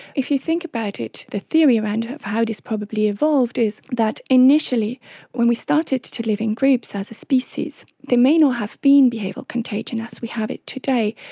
if you think about it, the theory around how this probably evolved is that initially when we started to live in groups as a species, there may not have been behavioural contagion as we have it today,